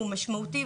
והוא משמעותי.